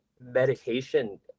medication